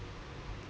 S